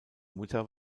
mutter